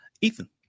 Ethan